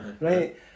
right